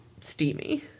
steamy